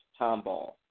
Tomball